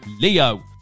Leo